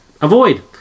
Avoid